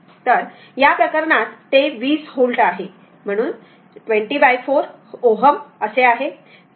तर त्या प्रकरणात ते 20 व्होल्ट आहे म्हणून 20 4 Ω आहे